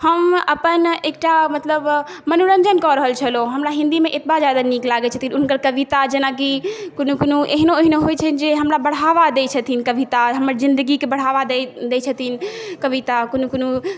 हम अपन एकटा मतलब मनोरञ्जन कऽ रहल छलहुँ हमरा हिन्दीमे एतबा ज्यादा नीक लागै छथिन हुनकर कविता जेनाकि कोनो कोनो एहनो एहनो होइ छै जे हमरा बढ़ावा दै छथिन कविता हमर जिन्दगीके बढ़ावा दै छथिन कविता कोनो कोनो